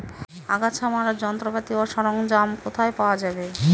আগাছা মারার যন্ত্রপাতি ও সরঞ্জাম কোথায় পাওয়া যাবে?